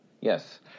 Yes